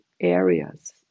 areas